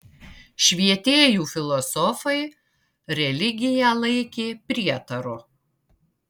švietėjų filosofai religiją laikė prietaru